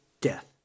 death